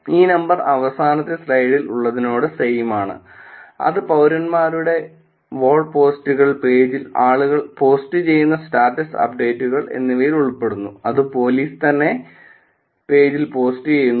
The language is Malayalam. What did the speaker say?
ഈ നമ്പർ അവസാനത്തെ സ്ലൈഡിൽ ഉള്ളതിനോട് സെയിം ആണ് അത് പൌരന്മരുടെ വോൾ പോസ്റ്റുകൾ പേജിൽ ആളുകൾ പോസ്റ്റുചെയ്യുന്ന സ്റ്റാറ്റസ് അപ്ഡേറ്റുകൾ ഉൾപ്പെടുന്നു അത് പോലീസ് തന്നെ പേജിൽ പോസ്റ്റുചെയ്യുന്നു